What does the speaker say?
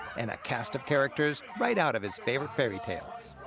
and a cast of characters right out of his favorite fairy tales.